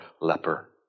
leper